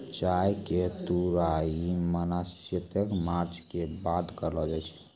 चाय के तुड़ाई सामान्यतया मार्च के बाद करलो जाय छै